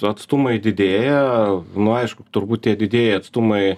atstumai didėja nu aišku turbūt tie didieji atstumai